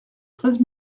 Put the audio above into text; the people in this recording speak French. treize